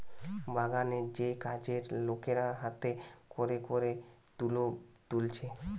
বাগানের যেই কাজের লোকেরা হাতে কোরে কোরে তুলো তুলছে